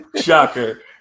Shocker